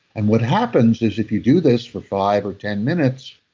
and what happens is, if you do this for five or ten minutes,